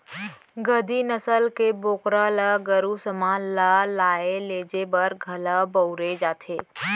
गद्दी नसल के बोकरा ल गरू समान ल लाय लेजे बर घलौ बउरे जाथे